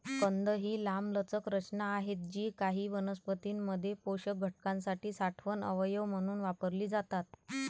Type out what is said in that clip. कंद ही लांबलचक रचना आहेत जी काही वनस्पतीं मध्ये पोषक घटकांसाठी साठवण अवयव म्हणून वापरली जातात